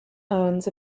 owns